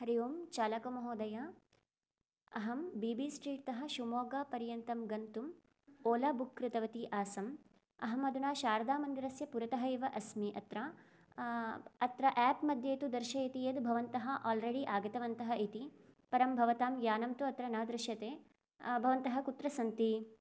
हरिः ओं चालकमहोदय अहं बी बी स्ट्रीट्तः शिव्मोग्गापर्यन्तं गन्तुम् ओला बुक् कृतवती आसम् अहम् अधुना शारदामन्दिरस्य पुरतः एव अस्मि अत्र अत्र एप् मध्ये तु दर्शयति यद् भवन्तः आल्रेडी आगतवन्तः इति परं भवतां यानं तु अत्र न दृश्यते भवन्तः कुत्र सन्ति